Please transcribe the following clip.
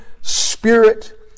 Spirit